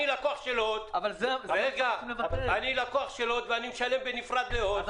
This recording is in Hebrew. אני לקוח של הוט ואני משלם בנפרד להוט.